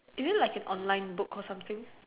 is it like an online book or something